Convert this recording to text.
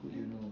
good you know